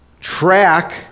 track